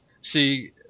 See